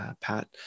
Pat